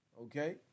Okay